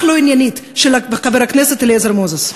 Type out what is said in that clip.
לא עניינית של חבר הכנסת אליעזר מוזס.